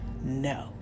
No